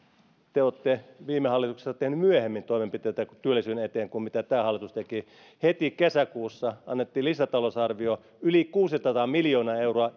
te te olette viime hallituksessa tehneet myöhemmin toimenpiteitä työllisyyden eteen kuin mitä tämä hallitus teki heti kesäkuussa annettiin lisätalousarviossa yli kuusisataa miljoonaa euroa